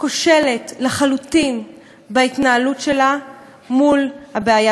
כושלת לחלוטין בהתנהלות שלה מול הבעיה